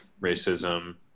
racism